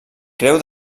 creu